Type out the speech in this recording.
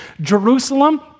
Jerusalem